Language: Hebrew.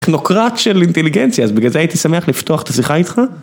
טכנוקרט של אינטליגנציה, אז בגלל זה הייתי שמח לפתוח את השיחה איתך.